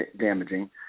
damaging